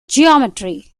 geometry